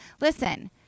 Listen